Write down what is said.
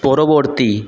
পরবর্তী